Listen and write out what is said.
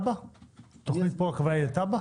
האם הכוונה בתוכנית פה היא לתב"ע?